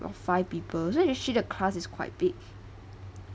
of five people so actually the class is quite big